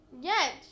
Yes